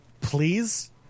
Please